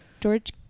George